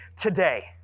today